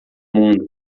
mundo